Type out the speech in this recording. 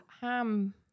ham